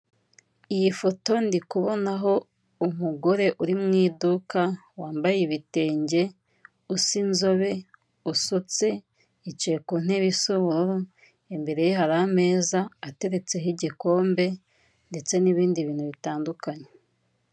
Iyi foto ndikubonaho umugore uri mu iduka wambaye ibitenge, usa inzobe, usutse yicaye ku ntebe isa ubururu imbere ye hari ameza ateretseho igikombe, ndetse n'ibindi bintu bitandukanye.